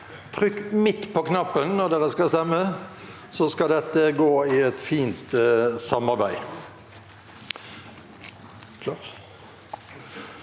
trykk midt på knappen når dere skal stemme, så skal dette gå i et fint samarbeid.